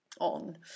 on